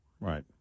right